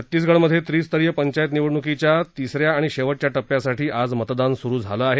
छत्तीसगडमध्ये त्रिस्तरीय पंचायत निवडणुकीच्या तिसऱ्या आणि शेवटच्या टप्प्यासाठी आज मतदान सुरू झालं आहे